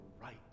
right